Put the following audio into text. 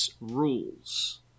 rules